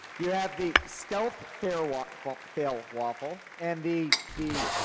yeah have the stealth fail waffle fail waffle and the the